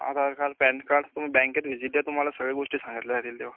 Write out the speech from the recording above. आधार card PAN card तुम्ही बँकेत visit द्या तुम्हाला सगळ्या गोष्टी सांगितल्या जातील तेव्हा